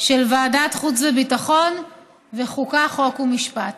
של ועדות חוץ וביטחון וחוקה, חוק ומשפט.